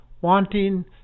wanting